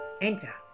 Enter